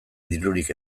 dirurik